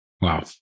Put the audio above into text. Wow